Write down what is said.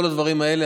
כל הדברים האלה,